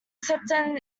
symptom